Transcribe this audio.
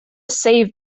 save